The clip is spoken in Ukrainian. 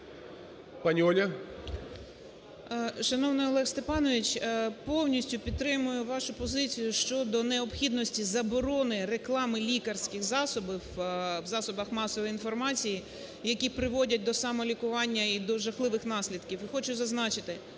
О.В. Шановний Олег Степанович, повністю підтримую вашу позицію щодо необхідності заборони реклами лікарських засобів в засобах масової інформації, які приводять до самолікування і до жахливих наслідків. І хочу зазначити,